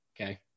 Okay